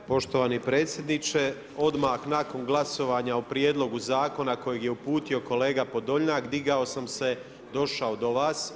Poštovani predsjedniče, odmah nakon glasovanja o prijedlogu zakona kojeg je uputio kolega Podolnjak, digao sam se, došao do vas.